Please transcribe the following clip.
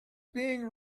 being